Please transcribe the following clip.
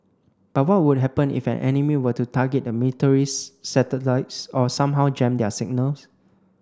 but what would happen if an enemy were to target the military's satellites or somehow jam their signals